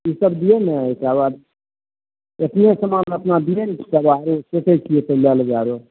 ईसब दियौ ने ओकरबाद एतनिये समान अपना दियै ने तकरबाद आरो सोचै छियै तऽ लऽ लेबै आरो